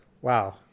Wow